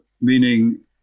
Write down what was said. meaning